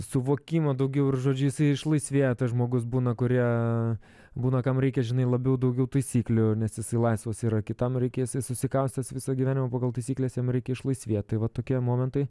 suvokimo daugiau ir žodžiu jisai išlaisvėja tas žmogus būna kurie būna kam reikia žinai labiau daugiau taisyklių nes jisai laisvas yra kitam reikia jisai susikaustęs visą gyvenimą pagal taisykles jam reikia išlaisvėt tai vat tokie momentai